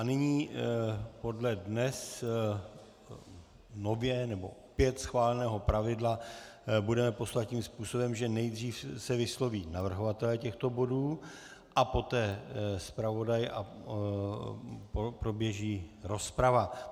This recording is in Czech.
Nyní podle dnes nově nebo opět schváleného pravidla budeme postupovat tím způsobem, že nejdřív se vysloví navrhovatelé těchto bodů a poté zpravodaj a poběží rozprava.